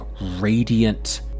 radiant